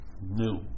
new